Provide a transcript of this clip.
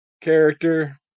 character